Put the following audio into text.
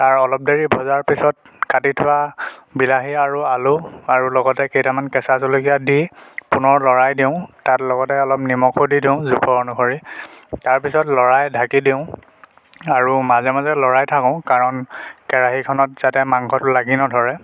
তাৰ অলপ দেৰি ভজাৰ পিছত কাটি থোৱা বিলাহী আৰু আলু আৰু লগতে কেইটামান কেঁচা জলকীয়া দি পুনৰ লৰাই দিওঁ তাত লগতে অলপ নিমখো দি দিওঁ জোখৰ অনুসৰি তাৰপিছত লৰাই ঢাকি দিওঁ আৰু মাজে মাজে লৰাই থাকোঁ কাৰণ কেৰাহীখনত যাতে মাংসটো লাগি নধৰে